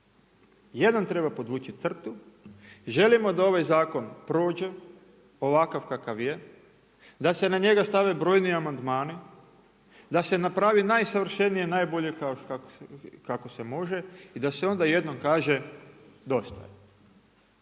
Jednom treba podvući crtu, želimo da ovaj zakon prođe ovakav kakav je, da se na njega stave brojni amandmani, da se napravi najsavršenije i najbolje kako se može i da se onda jednom kaže dosta.